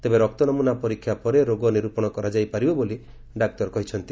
ତେବେ ରକ୍ତ ନମୁନା ପରୀକ୍ଷା ପରେ ରୋଗ ନିର୍ପଶ କରାଯାଇ ପାରିବ ବୋଲି ଡାକ୍ତର କହିଚ୍ଚନ୍ତି